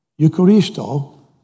Eucharisto